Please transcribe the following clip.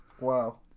Wow